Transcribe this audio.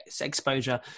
exposure